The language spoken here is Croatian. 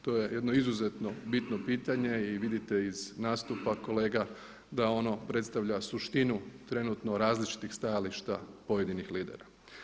To je jedno izuzetno bitno pitanje i vidite iz nastupa kolega da ono predstavlja suštinu trenutno različitih stajališta pojedinih lidera.